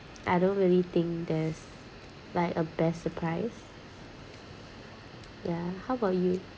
I don't really think there's like a best surprise ya how about you